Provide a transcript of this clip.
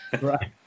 Right